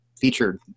featured